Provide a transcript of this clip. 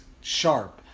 sharp